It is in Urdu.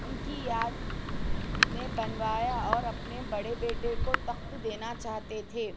ان کی یاد میں بنوایا اور اپنے بڑے بیٹے کو تخت دینا چاہتے تھے